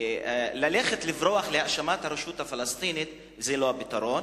ללכת לברוח להאשמת הרשות הפלסטינית זה לא הפתרון.